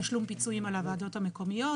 תשלום פיצויים על הוועדות המקומיות,